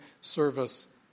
service